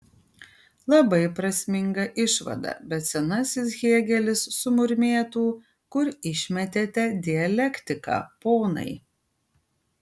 labai prasminga išvada bet senasis hėgelis sumurmėtų kur išmetėte dialektiką ponai